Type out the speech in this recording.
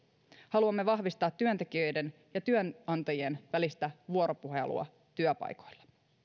haluamme vahvistaa työntekijöiden ja työnantajien välistä vuoropuhelua työpaikoilla